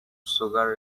sugar